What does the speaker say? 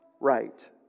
right